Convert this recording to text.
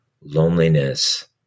loneliness